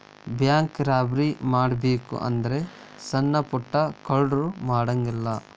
bank robbery ಮಾಡ್ಬೆಕು ಅಂದ್ರ ಸಣ್ಣಾ ಪುಟ್ಟಾ ಕಳ್ರು ಮಾಡಂಗಿಲ್ಲಾ